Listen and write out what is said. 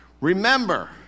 Remember